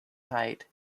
height